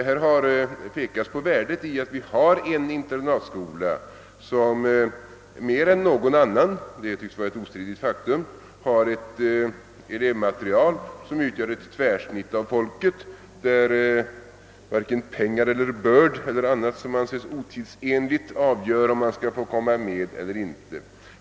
Det har pekats på värdet av att vi har en internatskola som mer än någon annan —- detta tycks vara ett ostridigt faktum — har ett elevmaterial som utgör ett tvärsnitt av folket. Varken pengar eller börd eller annat som anses otidsenligt avgör om vederbörande skall få komma in på skolan eller inte.